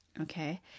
okay